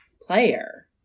player